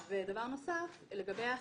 לגבי ההכשרה.